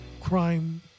Crime